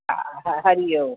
हा हा हरि ओम